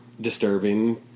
disturbing